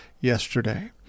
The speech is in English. yesterday